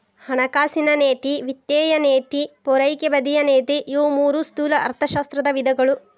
ಹಣಕಾಸಿನ ನೇತಿ ವಿತ್ತೇಯ ನೇತಿ ಪೂರೈಕೆ ಬದಿಯ ನೇತಿ ಇವು ಮೂರೂ ಸ್ಥೂಲ ಅರ್ಥಶಾಸ್ತ್ರದ ವಿಧಗಳು